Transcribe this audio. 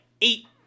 eight